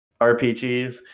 RPGs